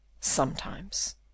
Sometimes